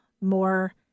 more